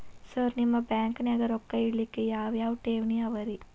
Sir ನಿಮ್ಮ ಬ್ಯಾಂಕನಾಗ ರೊಕ್ಕ ಇಡಲಿಕ್ಕೆ ಯಾವ್ ಯಾವ್ ಠೇವಣಿ ಅವ ರಿ?